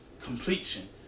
Completion